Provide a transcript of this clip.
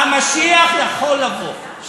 המשיח יכול לבוא,